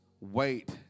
wait